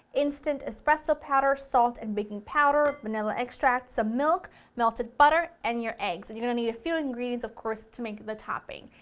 instant espresso powder, salt and baking powder, vanilla extract, some milk, melted butter and your eggs. you're and going to need a few ingredients, of course, to make the topping.